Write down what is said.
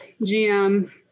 GM